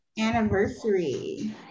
Anniversary